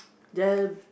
the